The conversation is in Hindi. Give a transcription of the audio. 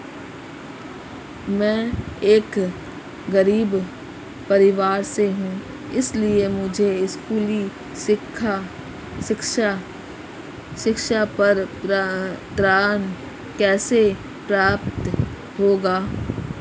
मैं एक गरीब परिवार से हूं इसलिए मुझे स्कूली शिक्षा पर ऋण कैसे प्राप्त होगा?